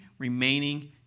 remaining